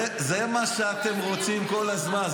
זה מה שאתם רוצים כל הזמן.